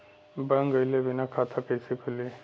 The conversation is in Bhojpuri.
बैंक गइले बिना खाता कईसे खुली?